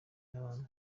n’abandi